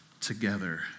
together